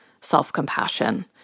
self-compassion